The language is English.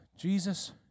Jesus